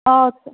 اَدٕ سا